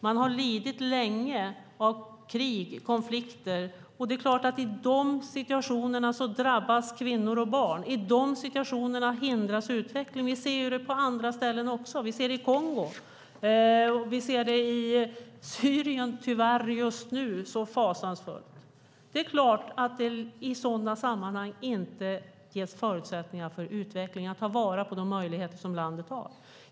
Man har lidit länge av krig och konflikter, och det är klart att i de situationerna drabbas kvinnor och barn. I de situationerna hindras utvecklingen. Vi ser det ju på andra ställen också. Vi ser det i Kongo. Vi ser det i Syrien tyvärr just nu, så fasansfullt. Det är klart att det i sådana sammanhang inte ges förutsättningar för utveckling och att ta vara på de möjligheter som landet har.